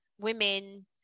women